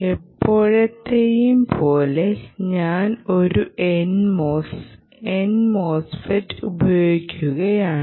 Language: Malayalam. എപ്പോളത്തെയും പോലെ ഞാൻ ഒരു NMOS NMOSFET ഉപയോഗിക്കുകയാണ്